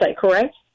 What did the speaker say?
correct